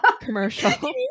commercial